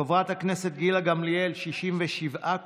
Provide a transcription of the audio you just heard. חברת הכנסת גילה גמליאל 67 קולות,